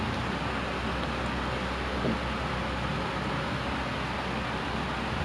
family member ah like kita ramai ramai kumpul duit then like beli something